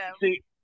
See